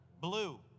Blue